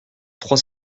trois